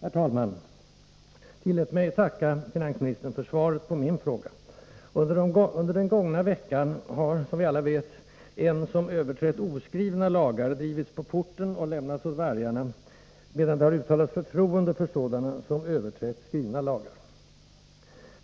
Herr talman! Tillåt mig tacka finansministern för svaret på min fråga. Under den gångna veckan har, som vi alla vet, en som överträtt oskrivna lagar drivits på porten och lämnats åt vargarna, medan det har uttalats förtroende för sådana som överträtt skrivna lagar.